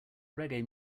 reggae